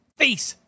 face